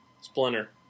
Splinter